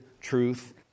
truth